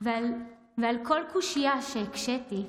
ועל כל קושיה שהקשיתי,